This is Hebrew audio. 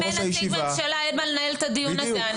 אם אין נציג ממשלה אין מה לנהל את הדיון הזה.